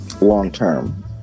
long-term